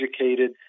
educated